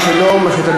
צריך,